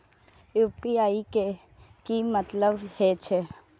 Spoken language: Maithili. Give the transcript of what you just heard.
यू.पी.आई के की मतलब हे छे?